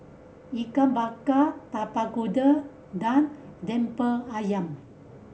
Ikan Bakar Tapak Kuda Lemper Ayam